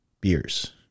beers